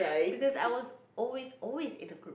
because I was always always in a group